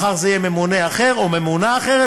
מחר זה יהיה ממונה אחר או ממונה אחרת,